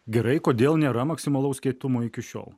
gerai kodėl nėra maksimalaus kietumo iki šiol